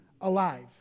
alive